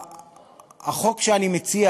החוק שאני מציע